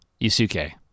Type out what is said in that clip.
Yusuke